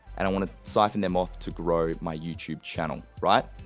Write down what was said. and i wanna syphon them off to grow my youtube channel, right?